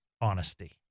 honesty